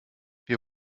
wir